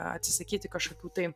atsisakyti kažkokių tai